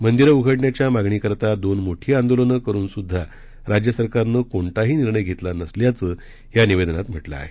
मंदिरं उघडण्याच्या मागणीकरता दोन मोठी आंदोलनं करुन सुद्धा राज्य सरकारनं कोणताही निर्णय घेतला नसल्याचं या निवेदनात म्हटलं आहे